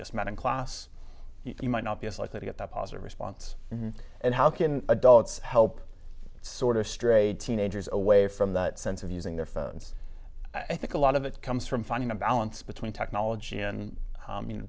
just met in class you might not be as likely to get that positive response and how can adults help sort of strayed teenagers away from that sense of using their phones i think a lot of it comes from finding a balance between technology in